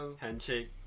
handshake